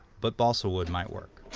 but balsa wood might work.